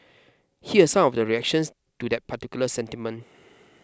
here are some of the reactions to that particular sentiment